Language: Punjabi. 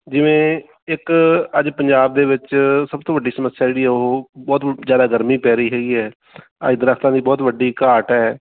ਜਿਵੇਂ ਇੱਕ ਅੱਜ ਪੰਜਾਬ ਦੇ ਵਿੱਚ ਸਭ ਤੋਂ ਵੱਡੀ ਸਮੱਸਿਆ ਜਿਹੜੀ ਆ ਉਹ ਬਹੁਤ ਜ਼ਿਆਦਾ ਗਰਮੀ ਪੈ ਰਹੀ ਹੈਗੀ ਹੈ ਅੱਜ ਦਰੱਖਤਾਂ ਦੀ ਬਹੁਤ ਵੱਡੀ ਘਾਟ ਹੈ